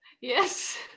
Yes